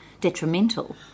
detrimental